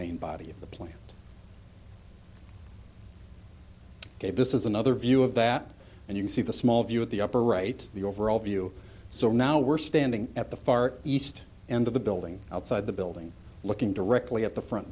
main body of the plant ok this is another view of that and you can see the small view of the upper right the overall view so now we're standing at the far east end of the building outside the building looking directly at the front